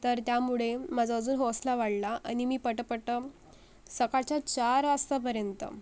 तर त्यामुळे माझं अजून हौसला वाढला आणि मी पटपट सकाळच्या चार वाजतापर्यंत